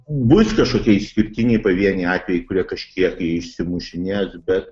bus kažkokie išskirtiniai pavieniai atvejai kurie kažkiek išsimušinės bet